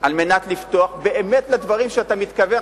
על מנת לפתוח באמת לדברים שאתה מתכוון,